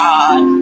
God